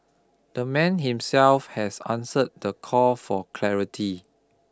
the man himself has answered the call for clarity